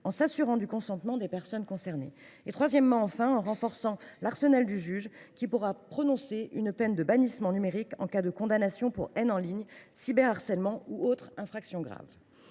en nous assurant du consentement des personnes concernées. Troisièmement et enfin, nous renforcerons l’arsenal du juge, lequel pourra prononcer une peine de bannissement numérique en cas de condamnation pour haine en ligne, pour cyberharcèlement ou pour d’autres infractions graves.